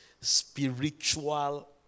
spiritual